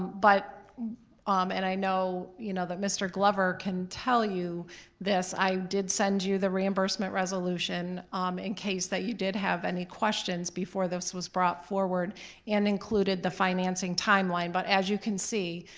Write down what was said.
but um and i know you know that mr. glover can tell you this, i did send you the reimbursement resolution in case that you did have any questions before this was brought forward and included the financing timeline. but, as you can see,